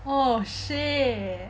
oh shit